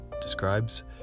describes